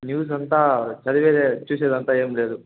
news అంతా చదివేదే చూసేదంతా ఏం లేదు